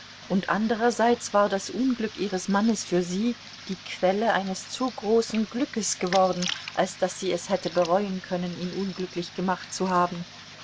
und anderseits war das unglück ihres mannes für sie die quelle eines zu großen glückes geworden als daß sie es hätte bereuen können ihn unglücklich gemacht zu haben